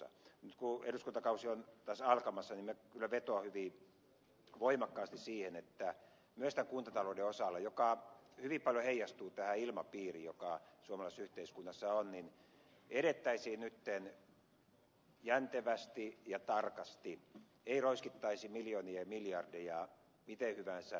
nyt kun eduskuntakausi on taas alkamassa niin minä kyllä vetoan hyvin voimakkaasti siihen että myös tämän kuntatalouden osalta joka hyvin paljon heijastuu tähän ilmapiiriin joka suomalaisessa yhteiskunnassa on edettäisiin nyt jäntevästi ja tarkasti ei roiskittaisi miljoonia ja miljardeja miten hyvänsä